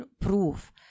proof